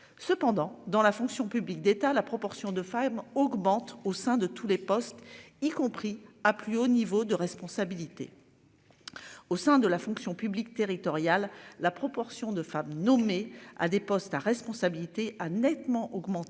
cependant dans la fonction publique d'État, la proportion de femmes augmente au sein de tous les postes, y compris à plus haut niveau de responsabilité. Au sein de la fonction publique territoriale, la proportion de femmes nommées à des postes à responsabilité a nettement augmenté